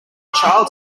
child